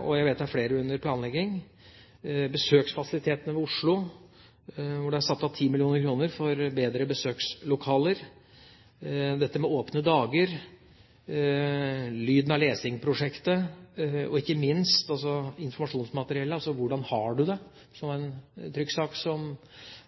og jeg vet om flere under planlegging – besøksfasilitetene ved Oslo fengsel, hvor det er satt av 10 mill. kr til bedre besøkslokaler, dette med åpne dager, Lyden av lesing-prosjektet, informasjonsmateriell som Hvordan har du det? som var en trykksak som